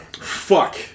Fuck